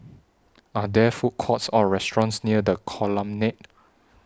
Are There Food Courts Or restaurants near The Colonnade